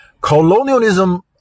Colonialism